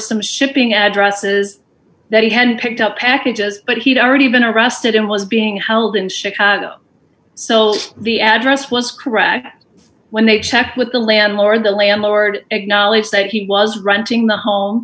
some shipping address says that he had picked up packages but he'd already been arrested in was being held in chicago so the address was correct when they checked with the landlord the landlord acknowledged that he was renting the home